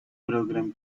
program